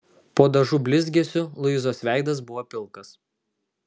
po dažų blizgesiu luizos veidas buvo pilkas